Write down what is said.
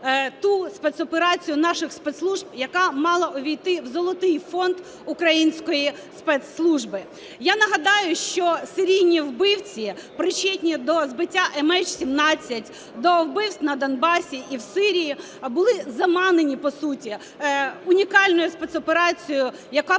ту спецоперацію наших спецслужб, яка мала ввійти в золотий фонд української спецслужби. Я нагадаю, що серійні вбивці, причетні до збиття MH17, до вбивств на Донбасі і в Сирії, були заманені, по суті, унікальною спецоперацією, яка